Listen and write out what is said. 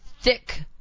thick